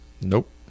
Nope